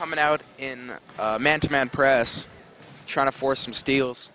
coming out in man to man press trying to force him steals